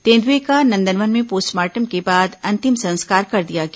तेंदुएं का नंदनवन में पोस्टमार्टम के बाद अंतिम संस्कार कर दिया गया